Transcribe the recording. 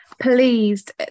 pleased